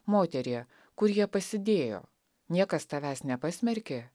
moterie kur jie pasidėjo niekas tavęs nepasmerkė